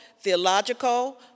theological